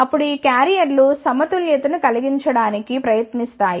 అప్పుడు ఈ క్యారియర్లు సమతుల్యతను కలిగించడానికి ప్రయత్నిస్తాయి